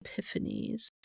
epiphanies